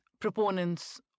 proponents